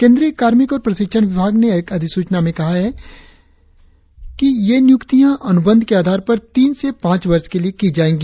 केंद्रीय कार्मिक और प्रशिक्षण विभाग ने एक अधिसूचना में कहा है कि ये नियुक्तियां अनुबंध के आधार पर तीन से पांच वर्ष के लिए की जाएगी